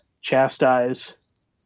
chastise